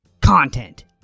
content